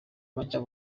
makeya